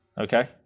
Okay